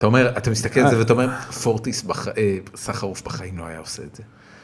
אתה אומר, אתה מסתכל על זה ואתה אומר, פורטיס סחרוף בחיים לא היה עושה את זה.